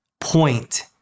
point